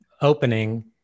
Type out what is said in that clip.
opening